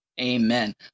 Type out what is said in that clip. Amen